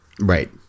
right